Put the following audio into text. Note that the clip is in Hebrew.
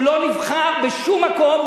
הוא לא נבחר בשום מקום,